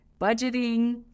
Budgeting